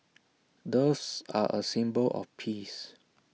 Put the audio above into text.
doves are A symbol of peace